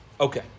Okay